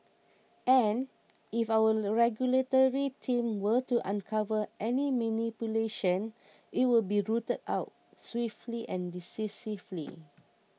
and if our regulatory team were to uncover any manipulation it would be rooted out swiftly and decisively